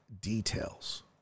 details